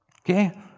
Okay